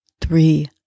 three